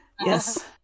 Yes